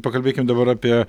pakalbėkim dabar apie